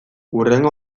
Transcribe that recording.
hurrengo